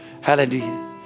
hallelujah